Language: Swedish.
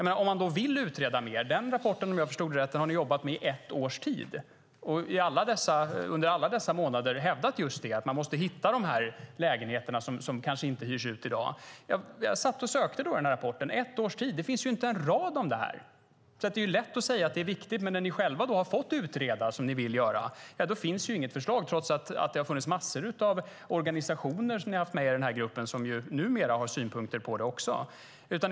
Den rapporten har ni, om jag har förstått det rätt, jobbat med i ett års tid och under alla dessa månader hävdat just att man måste hitta de här lägenheterna som kanske inte hyrs ut i dag. Jag satt och sökte i den här rapporten som ni har jobbat med i ett års tid, och det finns inte en rad om det här! Det är lätt att säga att det här är viktigt, men när ni själva har fått utreda som ni vill göra finns inget förslag, trots att ni i den här gruppen har haft med er massor av organisationer som numera också har synpunkter på detta.